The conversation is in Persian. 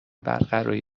برقراری